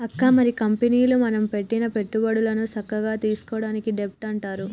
అక్క మరి కంపెనీలో మనం పెట్టిన పెట్టుబడులను సక్కగా తీసుకోవడాన్ని డెబ్ట్ అంటారు